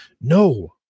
No